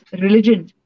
religion